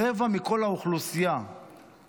רבע בלבד מכל האוכלוסייה שרדו.